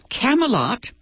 Camelot